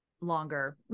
longer